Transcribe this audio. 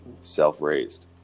self-raised